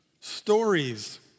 Stories